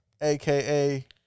AKA